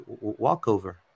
walkover